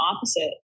opposite